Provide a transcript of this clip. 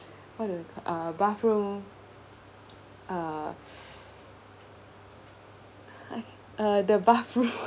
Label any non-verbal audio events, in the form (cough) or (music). what to uh bathroom uh (noise) !hais! uh the bathroom (laughs)